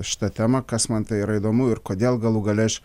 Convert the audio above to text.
šita tema kas man tai yra įdomu ir kodėl galų gale aš